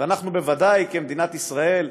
אנחנו בוודאי, כמדינת ישראל,